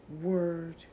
Word